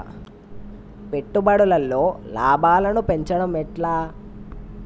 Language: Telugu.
పెట్టుబడులలో లాభాలను పెంచడం ఎట్లా?